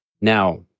Now